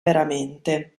veramente